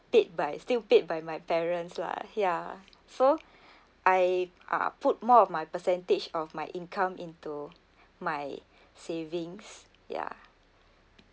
paid by still paid by my parents lah ya so I uh put more of my percentage of my income into my savings ya